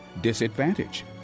disadvantage